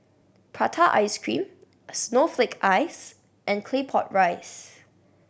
prata ice cream snowflake ice and Claypot Rice